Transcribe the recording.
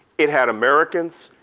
it had americans,